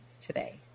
today